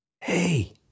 hey